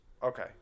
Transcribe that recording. Okay